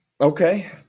Okay